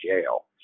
jail